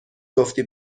گفتی